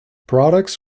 products